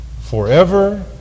Forever